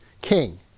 king